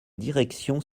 direction